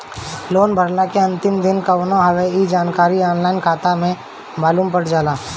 loan भरला के अंतिम दिन कवन हवे इ जानकारी ऑनलाइन खाता में मालुम चल जाला